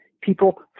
people